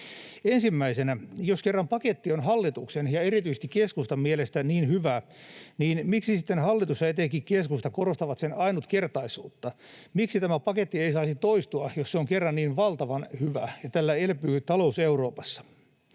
Ensimmäisenä, jos kerran paketti on hallituksen ja erityisesti keskustan mielestä niin hyvä, niin miksi sitten hallitus ja etenkin keskusta korostavat sen ainutkertaisuutta? Miksi tämä paketti ei saisi toistua, jos se kerran on niin valtavan hyvä ja tällä elpyy talous Euroopassa?